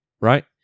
right